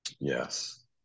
Yes